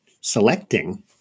selecting